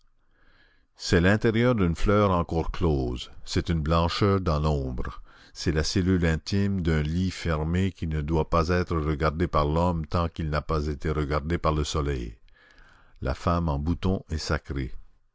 c'est l'intérieur d'une fleur encore close c'est une blancheur dans l'ombre c'est la cellule intime d'un lis fermé qui ne doit pas être regardé par l'homme tant qu'il n'a pas été regardé par le soleil la femme en bouton est sacrée